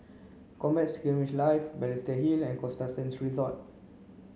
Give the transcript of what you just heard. Combat Skirmish Live Balestier Hill and Costa Sands Resort